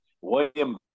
William